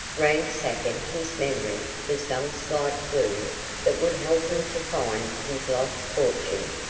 ransacking his memory for some slight clue that would help him to find his lost fortune.